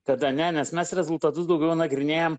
kada ne nes mes rezultatus daugiau nagrinėjam